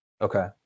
Okay